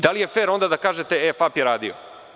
Da li je fer onda da kažete – FAP je radio?